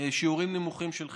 יש שיעורים נמוכים של חיסון.